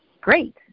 great